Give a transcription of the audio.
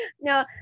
no